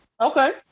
Okay